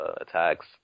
attacks